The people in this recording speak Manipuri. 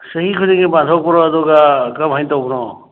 ꯆꯍꯤ ꯈꯨꯗꯤꯡꯒꯤ ꯄꯥꯡꯊꯣꯛꯄꯔꯣ ꯑꯗꯨꯒ ꯀꯔꯝꯃꯥꯏ ꯇꯧꯕꯅꯣ